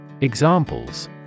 Examples